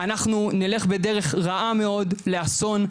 אנחנו נלך בדרך רעה מאוד לאסון,